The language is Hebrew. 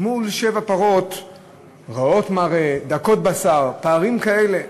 מול שבע פרות רעות מראה ודקות בשר, פערים כאלה.